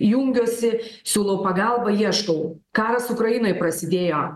jungiuosi siūlau pagalbą ieškau karas ukrainoj prasidėjo